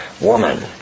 woman